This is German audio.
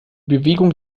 bewegung